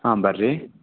ಹಾಂ ಬರ್ರಿ